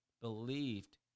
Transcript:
believed